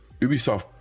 ubisoft